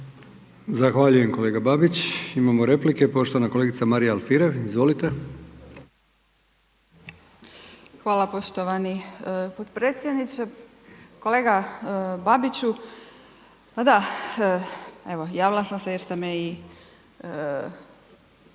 Zahvaljujem kolega Babić. Imamo replike, poštovana kolegica Marija Alfirev. Izvolite. **Alfirev, Marija (SDP)** Hvala poštovani potpredsjedniče. Kolega Babiću, pa da evo javila sam se jer ste me i